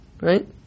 Right